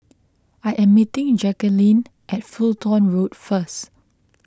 I am meeting Jackeline at Fulton Road first